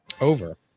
Over